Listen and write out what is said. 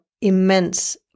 immense